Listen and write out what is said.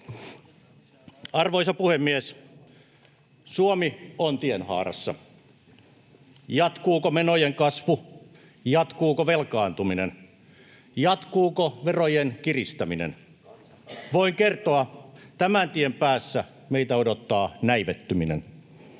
Arvoisa puhemies! Suomi on tienhaarassa. Jatkuuko menojen kasvu? Jatkuuko velkaantuminen? Jatkuuko verojen kiristäminen? Voin kertoa: tämän tien päässä meitä odottaa näivettyminen.